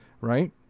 Right